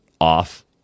off